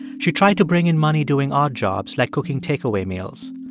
she tried to bring in money doing odd jobs, like cooking takeaway meals.